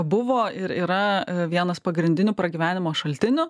buvo ir yra vienas pagrindinių pragyvenimo šaltinių